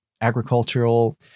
agricultural